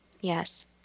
Yes